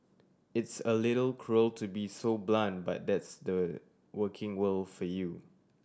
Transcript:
it's a little cruel to be so blunt but that's the working world for you